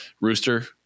Rooster